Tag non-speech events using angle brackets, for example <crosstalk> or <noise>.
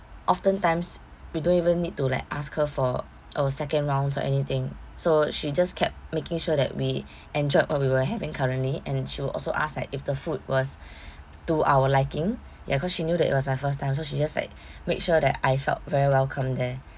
often times we don't even need to like ask her for our second rounds or anything so she just kept making sure that we <breath> enjoyed what we were having currently and she would also ask like if the food was <breath> to our liking ya cause she knew that it was my first time so she just like <breath> make sure that I felt very welcome there